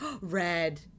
red